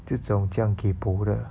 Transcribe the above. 这种这样 kaypoh 的